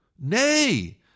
nay